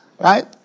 right